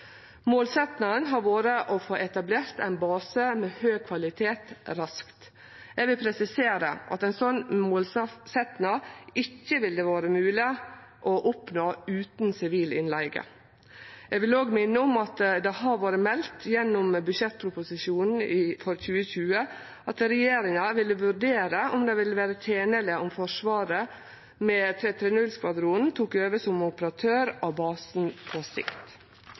har vore å få etablert ein base med høg kvalitet raskt. Eg vil presisere at ei slik målsetjing ikkje ville vore mogleg å oppnå utan sivil innleige. Eg vil òg minne om at det har vore meldt gjennom budsjettproposisjonen for 2020 at regjeringa ville vurdere om det ville vere tenleg om Forsvaret med 330-skvadronen tok over som operatør av basen på sikt.